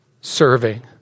serving